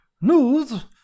News